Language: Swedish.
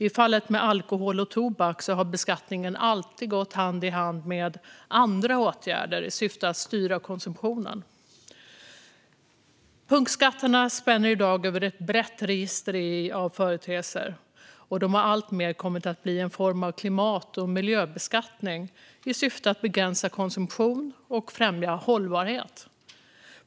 I fallet med alkohol och tobak har beskattningen alltid gått hand i hand med andra åtgärder i syfte att styra konsumtionen. Punktskatterna spänner i dag över ett brett register av företeelser. De har alltmer kommit att bli en form av klimat och miljöbeskattning i syfte att begränsa konsumtion och främja hållbarhet.